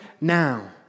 now